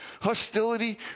hostility